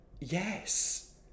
Yes